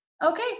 Okay